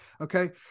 okay